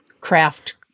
craft